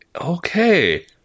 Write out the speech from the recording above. Okay